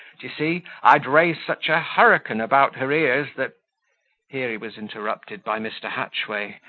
d'ye see, i'd raise such a hurricane about her ears, that here he was interrupted by mr. hatchway,